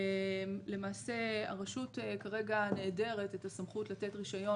למעשה הרשות כרגע נעדרת סמכות לתת רישיון